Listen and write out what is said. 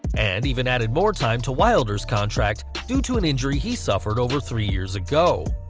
and even added more time to wilder's contract, due to an injury he suffered over three years ago.